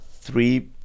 three